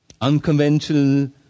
Unconventional